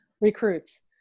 recruits